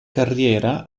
carriera